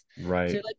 right